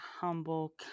humble